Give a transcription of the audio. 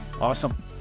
Awesome